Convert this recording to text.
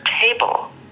table